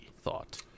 thought